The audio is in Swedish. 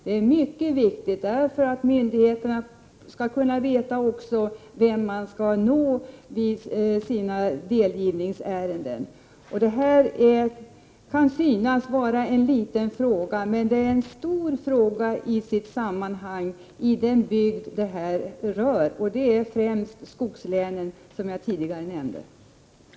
Det är mycket viktigt så att myndigheterna vet vem de skall kontakta vid delgivningsärenden. Detta kan synas vara en liten fråga, men den är i sitt sammanhang stor, nämligen i den bygd som detta berör, främst skogslänen, som jag tidigare nämnde.